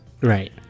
Right